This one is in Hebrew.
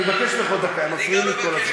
אני מבקש ממך עוד דקה, הם מפריעים לי כל הזמן.